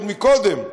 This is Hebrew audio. עוד קודם,